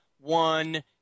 one